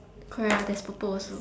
correct that's purple also